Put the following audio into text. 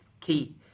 key